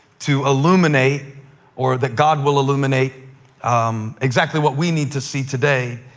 to illuminate or that god will illuminate exactly what we need to see today,